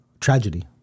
tragedy